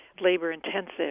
labor-intensive